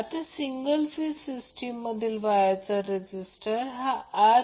तर आता प्रश्न असा आहे की cos युनिटी कारण हा एक रेजिस्टीव्ह लोड आहे